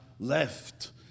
Left